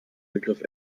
begriff